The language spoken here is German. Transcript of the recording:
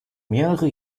mehrere